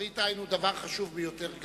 מראית-עין היא דבר חשוב ביותר,